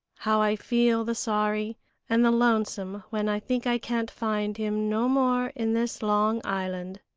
how i feel the sorry and the lonesome when i think i can't find him no more in this long island.